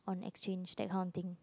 on exchange that kind of thing